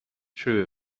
true